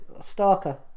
stalker